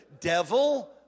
devil